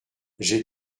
j’ai